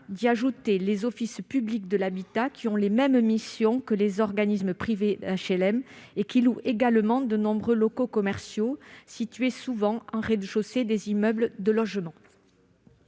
à y ajouter les offices publics de l'habitat, qui ont les mêmes missions que les organismes privés d'HLM et qui louent eux aussi de nombreux locaux commerciaux, souvent situés au rez-de-chaussée d'immeubles de logements.